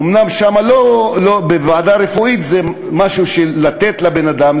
אומנם ועדה רפואית זה משהו של לתת לבן-אדם,